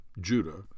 Judah